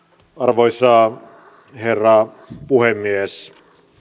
arvoisa herra puhemies